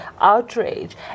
outrage